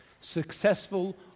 Successful